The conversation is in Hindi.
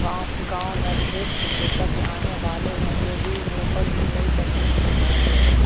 गांव में कृषि विशेषज्ञ आने वाले है, जो बीज रोपण की नई तकनीक सिखाएंगे